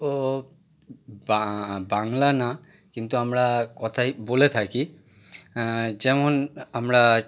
বাং বাংলা না কিন্তু আমরা কথায় বলে থাকি যেমন আমরা